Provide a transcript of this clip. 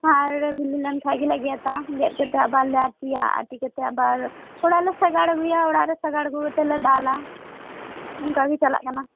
ᱦᱮᱸ ᱟᱨ ᱵᱤᱞᱤ ᱞᱮᱱᱠᱷᱟᱱ ᱜᱮᱞᱮ ᱜᱮᱫᱟ ᱜᱮᱫ ᱠᱟᱛᱮᱫ ᱟᱵᱟᱨ ᱞᱮ ᱟᱸᱴᱤᱭᱟ ᱟᱸᱴᱤ ᱠᱟᱛᱮᱫ ᱟᱵᱟᱨ ᱚᱲᱟᱜ ᱞᱮ ᱥᱟᱜᱟᱲ ᱟᱹᱜᱩᱭᱟ ᱚᱲᱟᱜ ᱨᱮ ᱥᱟᱜᱟᱲ ᱟᱹᱜᱩ ᱠᱟᱛᱮᱫ ᱞᱮ ᱫᱟᱞᱟ ᱚᱱᱠᱟ ᱜᱮ ᱪᱟᱞᱟᱜ ᱠᱟᱱᱟ